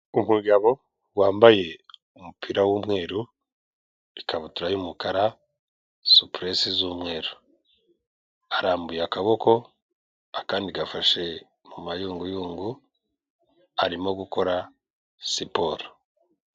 Umugabo wambaye umupira w'umweru, ikabutura y'umukara, supuresi z'umweru, arambuye akaboko, akandi gafashe mu mayunguyungu, arimo gukora siporo.